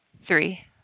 three